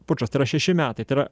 pučas tai yra šeši metai tai yra